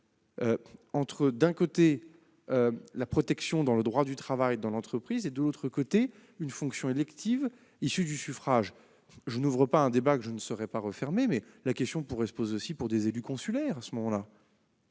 entre, d'un côté, la protection garantie par le droit du travail dans l'entreprise et, de l'autre, une fonction élective issue du suffrage. Je n'ouvrirai pas un débat que je ne saurais pas refermer, mais la question pourrait aussi se poser pour les élus consulaires, comme les